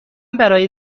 برای